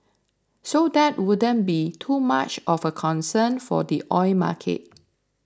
so that wouldn't be too much of a concern for the oil market